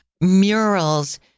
murals